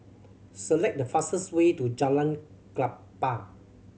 select the fastest way to Jalan Klapa